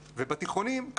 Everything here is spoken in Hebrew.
ובתיכוניים,